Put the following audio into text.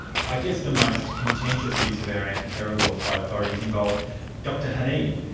i guess the most contentious use of our anti-terror laws by authorities involved dr haneef,